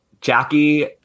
Jackie